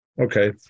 Okay